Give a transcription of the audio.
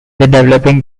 developing